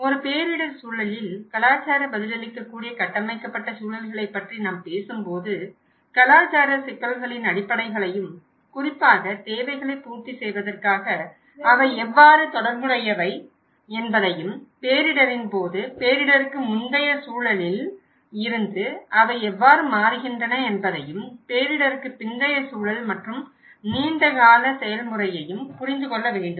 ஒரு பேரிடர் சூழலில் கலாச்சார பதிலளிக்கக்கூடிய கட்டமைக்கப்பட்ட சூழல்களைப் பற்றி நாம் பேசும்போது கலாச்சார சிக்கல்களின் அடிப்படைகளையும் குறிப்பாக தேவைகளைப் பூர்த்தி செய்வதற்காக அவை எவ்வாறு தொடர்புடையவை என்பதையும் பேரிடரின் போது பேரிடருக்கு முந்தைய சூழலில் இருந்து அவை எவ்வாறு மாறுகின்றன என்பதையும் பேரிடருக்குப் பிந்தைய சூழல் மற்றும் நீண்டகால செயல்முறையையும் புரிந்து கொள்ள வேண்டும்